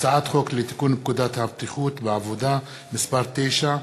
הצעת חוק לתיקון פקודת הבטיחות בעבודה (מס' 9),